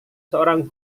seorang